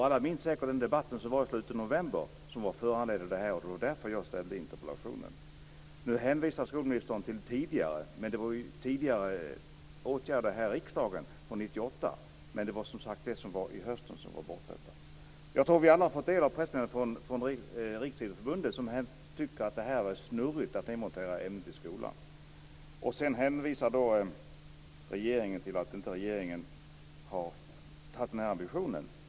Alla minns säkert debatten i slutet av november som var föranledd av det, och det var därför jag framställde interpellationen. Nu hänvisar skolministern till tidigare åtgärder i riksdagen från 1998, men det var som sagt det som var i höstas som är bakgrunden till detta. Jag tror att vi alla har tagit del av pressmeddelandet från Riksidrottsförbundet, som tycker att det är snurrigt att demontera ämnet i skolan. Sedan hänvisar regeringen till att inte regeringen har haft den ambitionen.